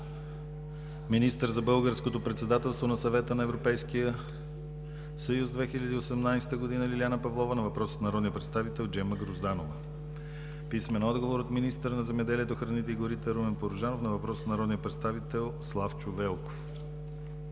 министъра за българското председателство на Съвета на Европейския съюз 2018 г. – Лиляна Павлова, на въпрос от народния представител Джема Грозданова; - министъра на земеделието, храните и горите – Румен Порожанов, на въпрос от народния представител Славчо Велков;